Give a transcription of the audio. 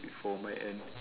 for my end